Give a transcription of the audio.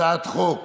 הצעת חוק